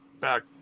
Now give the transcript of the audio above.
back